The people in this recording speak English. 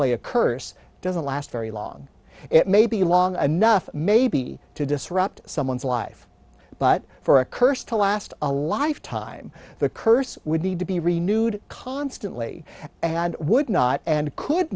lay a curse doesn't last very long it may be long enough maybe to disrupt someone's life but for a curse to last a lifetime the curse would need to be renewed constantly and would not and could